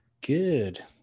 Good